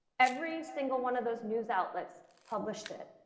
every single one of those news outlets published it.